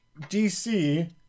DC